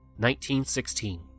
1916